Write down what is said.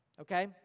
Okay